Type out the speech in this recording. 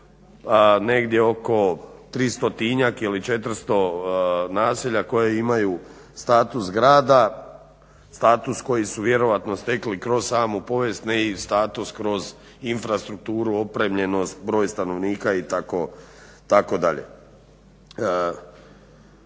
negdje oko 300 ili 400 naselja koja imaju status grada, status koji su vjerojatno stekli kroz samu povijest ne i status kroz infrastrukturu opremljenost, broj stanovnika itd.